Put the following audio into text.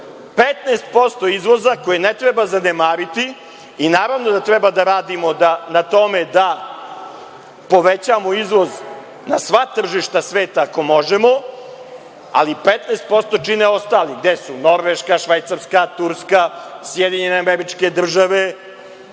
15% izvoza, koje ne treba zanemariti, i naravno da treba da radimo da na tome da povećamo izvoz na sva tržišta sveta ako možemo, ali 15% čine ostali, gde su Norveška, Švajcarska, Turska, SAD, Rusija,